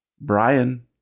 Brian